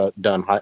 done